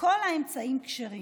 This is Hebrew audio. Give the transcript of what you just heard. וכל האמצעים כשרים.